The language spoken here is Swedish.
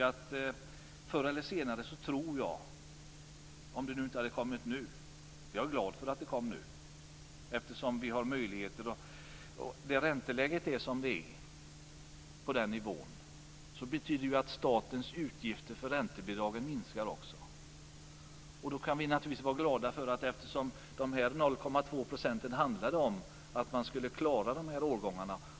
Förr eller senare skulle detta komma, tror jag. Jag är glad över att det kom nu eftersom vi nu har andra möjligheter. När räntan ligger på den nivå där den ligger betyder det ju att statens utgifter för räntebidragen också minskar. Vi kan vara glada eftersom det när det gäller de 0,2 procenten handlar om att klara de här årgångarna.